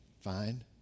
Fine